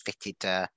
fitted